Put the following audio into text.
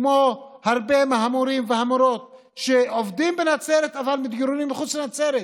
כמו הרבה מהמורים והמורות שעובדים בנצרת אבל מתגוררים מחוץ לנצרת,